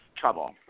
trouble